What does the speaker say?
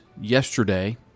yesterday